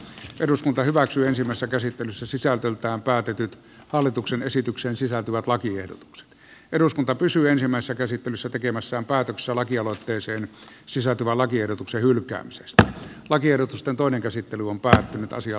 eduskunta hyväksyy ensimmäistä käsittelyssä sisältöltaan päätetyt hallituksen esitykseen sisältyvät lakiehdotuksesta eduskunta päätettiin ensimmäisessä käsittelyssä tekemässään päätöksen lakialoitteeseen sisältyvän lakiehdotuksen hylkäämisestä lakiehdotusten toinen käsittely on päättynyt asiaa